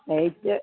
rate